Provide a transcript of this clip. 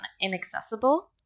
inaccessible